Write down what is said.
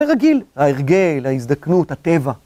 זה רגיל, ההרגל, ההזדקנות, הטבע.